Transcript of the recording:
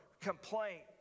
complaint